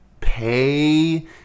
pay